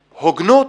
הוגנות.